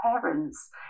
parents